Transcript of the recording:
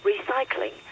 recycling